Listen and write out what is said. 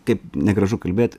kaip negražu kalbėt